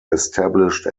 established